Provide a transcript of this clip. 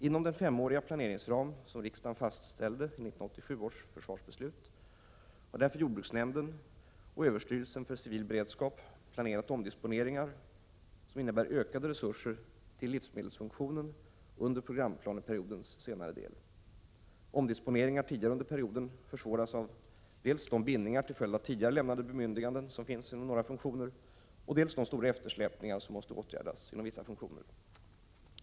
Inom den femåriga planeringsram som riksdagen fastställde i 1987 års försvarsbeslut har därför jordbruksnämnden och överstyrelsen för civil beredskap planerat omdisponeringar som innebär ökade resurser till livsmedelsfunktionen under programplaneperiodens senare del. Omdisponeringar tidigare under perioden försvåras av dels de bindningar till följd av tidigare lämnade bemyndiganden som finns inom några funktioner, dels de stora eftersläpningar som måste åtgärdas inom vissa funktioner.